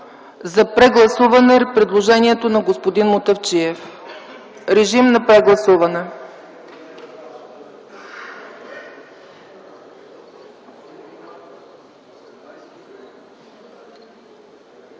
за прегласуване предложението на господин Мутафчиев. Режим на прегласуване.